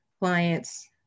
clients